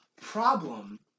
Problem